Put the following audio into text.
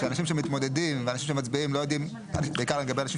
כשאנשים שמתמודדים ואנשים שמצביעים לא יודעים בעיקר לגבי אנשים